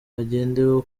hagendewe